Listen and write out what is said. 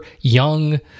young